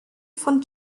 von